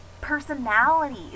personalities